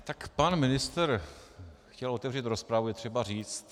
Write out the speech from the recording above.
Tak pan ministr chtěl otevřít rozpravu, je třeba říct.